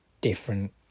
different